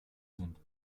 sind